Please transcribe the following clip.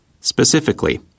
Specifically